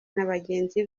n’abagenzi